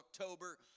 October